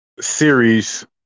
series